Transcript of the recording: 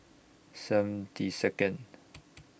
seventy Second